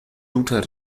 luther